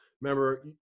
Remember